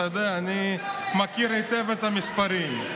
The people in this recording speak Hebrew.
אתה יודע, אני מכיר היטב את המספרים.